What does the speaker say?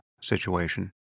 situation